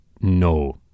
No